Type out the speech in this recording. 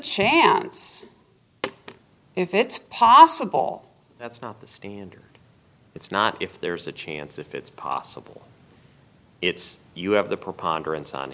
chance if it's possible that's not the standard it's not if there's a chance if it's possible it's you have the preponderance on